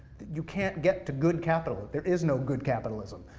you can't get to good capital, there is no good capitalism.